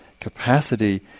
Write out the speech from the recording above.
capacity